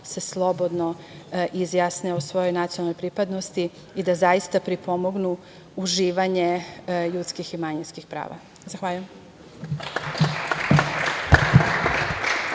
se slobodno izjasne o svojoj nacionalnoj pripadnosti i da zaista pripomognu uživanje ljudskih i manjinskih prava. Zahvaljujem.